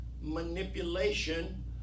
manipulation